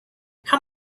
how